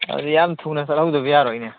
ꯑꯗꯨꯗꯤ ꯌꯥꯝ ꯊꯨꯅ ꯆꯠꯍꯧꯗꯕ ꯌꯥꯔꯣꯏꯅꯦ